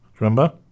Remember